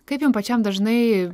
kaip jum pačiam dažnai